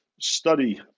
study